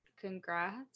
Congrats